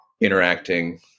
interacting